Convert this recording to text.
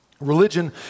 Religion